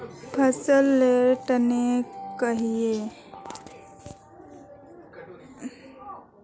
फसल लेर तने कहिए?